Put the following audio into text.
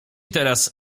teraz